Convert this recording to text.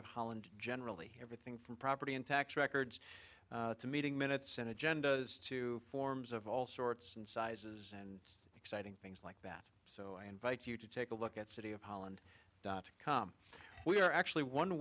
of holland generally everything from property in tax records to meeting minutes an agenda to forms of all sorts and sizes and it's exciting things like that so i invite you to take a look at city of holland dot com we are actually one